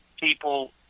people